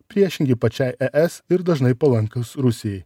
priešingi pačiai e s ir dažnai palankios rusijai